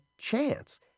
chance